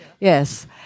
Yes